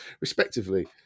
respectively